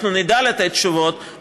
אנחנו נדע לתת תשובות,